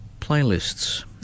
playlists